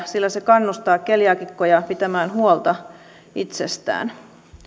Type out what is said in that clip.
sillä se kannustaa keliaakikkoja pitämään huolta itsestään